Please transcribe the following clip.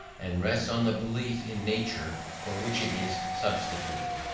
and rests on the belief in nature for which it is substituted.